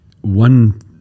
One